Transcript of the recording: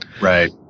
Right